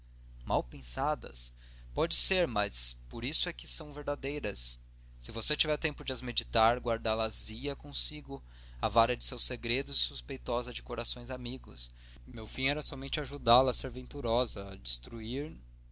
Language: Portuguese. mal pensadas pode ser mas por isso é que são verdadeiras se você tivesse tempo de as meditar guardá las ia consigo avara de seus segredos e suspeitosa de corações amigos meu fim era somente ajudá-la a ser venturosa destruir